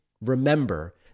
remember